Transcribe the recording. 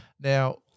Now